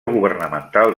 governamental